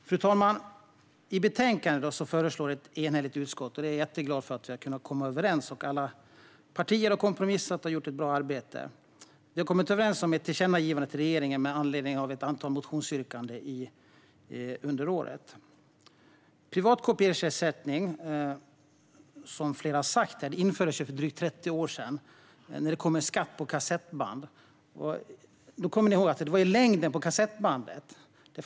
Fru talman! Jag är jätteglad för att vi har kunnat komma överens i utskottet och att alla partier har kompromissat och gjort ett bra arbete. I betänkandet föreslår ett enhälligt utskott ett tillkännagivande till regeringen med anledning av ett antal motionsyrkanden under året. Privatkopieringsersättning infördes, som flera här har sagt, för drygt 30 år sedan när det kom en skatt på kassettband. Ni kommer kanske ihåg att det var längden på kassettbandet som avgjorde.